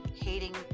hating